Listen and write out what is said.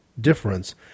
difference